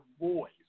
voice